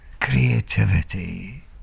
creativity